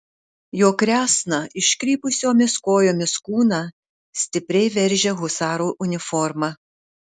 jo kresną iškrypusiomis kojomis kūną stipriai veržia husaro uniforma